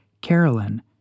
Carolyn